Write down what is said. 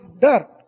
dirt